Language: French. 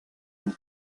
une